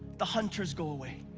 the hunters go away,